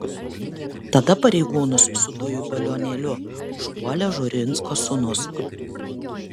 tada pareigūnus su dujų balionėliu užpuolė žurinsko sūnus